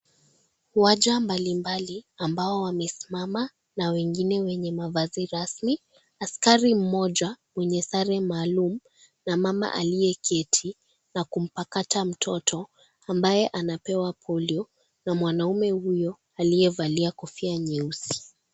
Waja mbalimbali ambao wamesimama wengine wakiwa na mavazi rasmi , askari mmoja mwenye sare maalum na mama aliyeketi na kumpakata mtoto mdogo ambaye anayepewa polio na mwanaume aliyevalia kofia nyeusi.